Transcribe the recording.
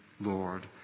Lord